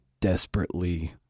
desperately